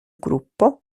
gruppo